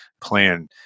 plan